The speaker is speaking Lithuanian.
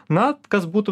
na kas būtų